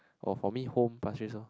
oh for me home Pasir-Ris lor